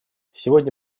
сегодня